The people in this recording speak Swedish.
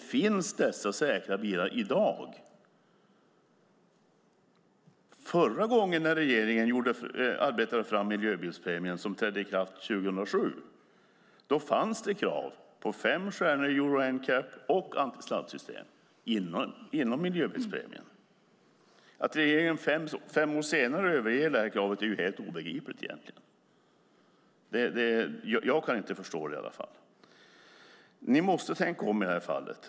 Dessa säkra bilar finns i dag. Förra gången regeringen arbetade fram en miljöbilspremie - den trädde i kraft 2007 - fanns det krav på fem stjärnor i Euro NCAP och antisladdsystem. Att regeringen fem år senare överger det här kravet är egentligen helt obegripligt. Jag kan i alla fall inte förstå det. Ni måste tänka om i det här fallet.